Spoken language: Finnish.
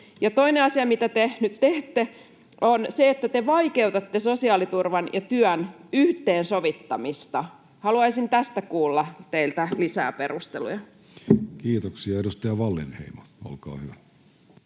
toinen asia, mitä te nyt teette, on se, että te vaikeutatte sosiaaliturvan ja työn yhteensovittamista. Haluaisin tästä kuulla teiltä lisää perusteluja. Kiitoksia. — Edustaja Wallinheimo, olkaa hyvä.